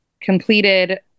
completed